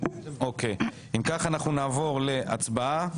אם כך נעבור להצבעה.